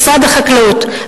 משרד החקלאות,